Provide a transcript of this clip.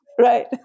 Right